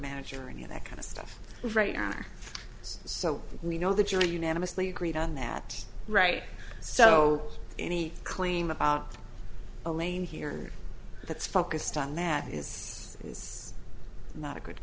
manager or any of that kind of stuff right so we know that you're unanimously agreed on that right so any claim about a lane here that's focused on that is not a good